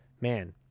Man